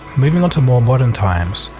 moving on to more modern times,